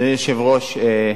אדוני היושב-ראש,